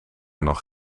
nog